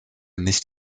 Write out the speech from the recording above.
nicht